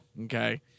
Okay